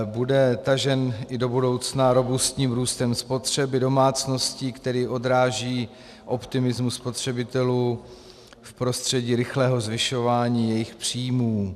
Bude tažen i do budoucna robustním růstem spotřeby domácností, který odráží optimismus spotřebitelů v prostředí rychlého zvyšování jejich příjmů.